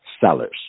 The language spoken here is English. sellers